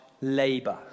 labour